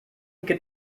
gibt